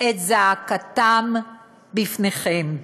את זעקתם בפניכם.